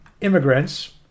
immigrants